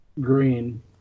Green